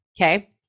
Okay